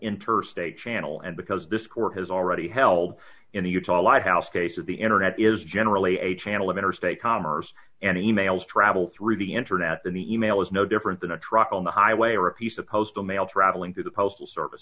interstate channel and because this court has already held in the utah lighthouse case of the internet is generally a channel of interstate commerce and emails travel through the internet in the email is no different than a truck on the highway or a piece of postal mail travelling through the postal service